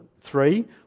three